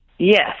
Yes